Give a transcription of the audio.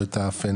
או את הפנטה